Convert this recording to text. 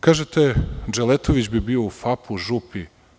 Kažete, Dželetović bi bio u FAP-u, „Župi“